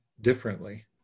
differently